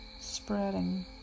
spreading